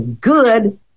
good